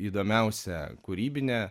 įdomiausią kūrybinę